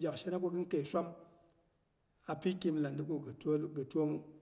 gyak shena ko gɨn kei swam apikin landigu gɨ twomu.